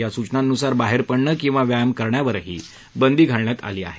या सूचनांनुसार बाहेर पडणं किंवा बाहेर व्यायाम करण्यावरही बंदी घालण्यात आली आहे